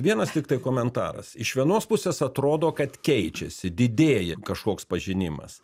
vienas tiktai komentaras iš vienos pusės atrodo kad keičiasi didėja kažkoks pažinimas